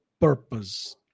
purpose